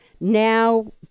now